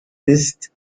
ist